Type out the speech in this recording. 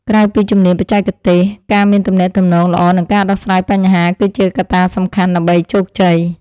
ក្រៅពីជំនាញបច្ចេកទេស ការមានទំនាក់ទំនងល្អនិងការដោះស្រាយបញ្ហា គឺជាកត្តាសំខាន់ដើម្បីជោគជ័យ។